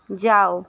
जाओ